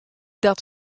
dat